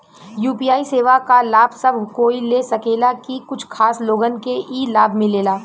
UPI सेवा क लाभ सब कोई ले सकेला की कुछ खास लोगन के ई लाभ मिलेला?